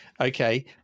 Okay